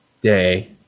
day